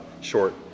short